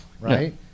right